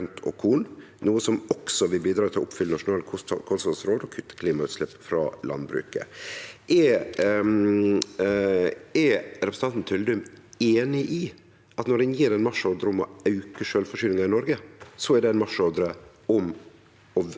og korn, noko som også vil bidra til å oppfylle nasjonale kosthaldsråd og kutte klimagassutslepp frå landbruket. Er representanten Tyldum einig i at når ein gjev ein marsjordre om å auke sjølvforsyninga i Noreg, er det ein marsjordre om å